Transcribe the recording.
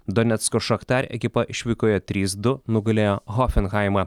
donecko šaktar ekipa išvykoje trys du nugalėjo hofenhaimą